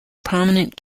prominent